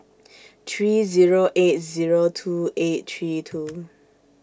three Zero eight Zero two eight three two